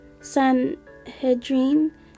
Sanhedrin